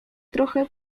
trochę